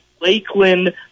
Lakeland